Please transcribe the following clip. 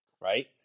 right